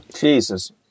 Jesus